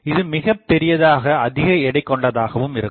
இது மிகப்பெரியதாக அதிக எடை கொண்டதாகவும் இருக்கும்